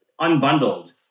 unbundled